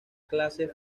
clase